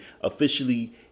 officially